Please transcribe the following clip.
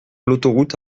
l’autoroute